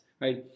right